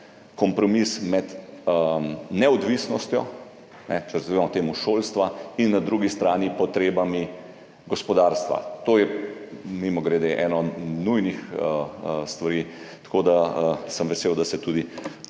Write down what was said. kompromis med na eni strani neodvisnostjo šolstva in na drugi strani potrebami gospodarstva. To je, mimogrede, ena od nujnih stvari. Tako da sem vesel, da se tudi